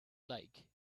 like